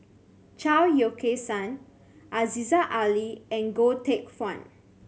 Chao Yoke San Aziza Ali and Goh Teck Phuan